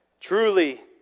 Truly